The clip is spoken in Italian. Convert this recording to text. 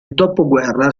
dopoguerra